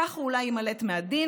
כך הוא אולי יימלט מהדין,